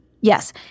Yes